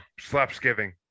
Slapsgiving